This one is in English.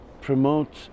promote